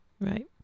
Right